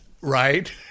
right